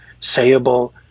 sayable